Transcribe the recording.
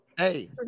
Hey